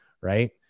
right